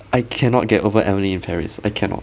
I cannot get over emily in paris I cannot